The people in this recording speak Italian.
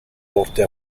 porte